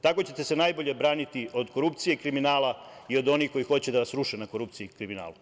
Tako ćete se najbolje braniti od korupcije i kriminala i od onih koji hoće da vas ruše na korupciji i kriminalu.